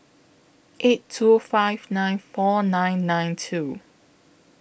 eight two five nine four nine nine two